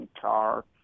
car